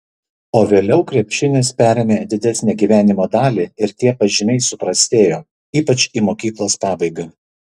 o vėliau krepšinis perėmė didesnę gyvenimo dalį ir tie pažymiai suprastėjo ypač į mokyklos pabaigą